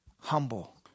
humble